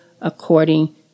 according